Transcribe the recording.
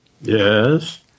Yes